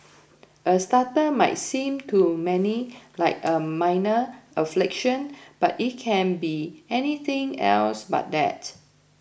a stutter might seem to many like a minor affliction but it can be anything else but that